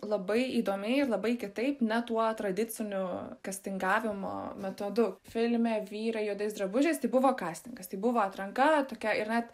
labai įdomiai ir labai kitaip ne tuo tradiciniu kastingavimo metodu filme vyrai juodais drabužiais tai buvo kastingas tai buvo atranka tokia yra